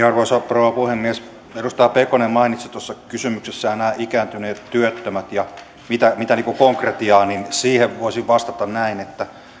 arvoisa rouva puhemies edustaja pekonen mainitsi tuossa kysymyksessään ikääntyneet työttömät ja siihen mitä konkretiaa on voisin vastata näin että me